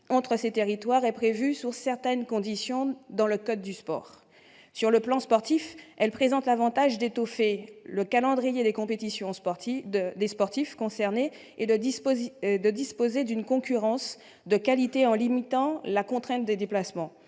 entre ces territoires est prévue, sous certaines conditions, dans le code du sport. Sur le plan sportif, cela présente l'avantage d'étoffer le calendrier de compétitions des sportifs concernés et de disposer d'une concurrence de qualité en limitant la contrainte de déplacement.